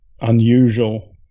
unusual